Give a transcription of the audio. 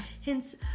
hints